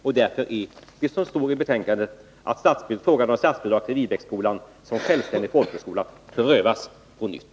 Det står sålunda i betänkandet, att frågan om statsbidrag till Viebäcksskolan som självständig folkhögskola bör prövas på nytt.